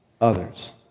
others